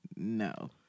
No